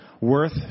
worth